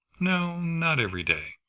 no not every day,